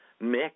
mix